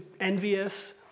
envious